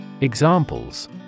Examples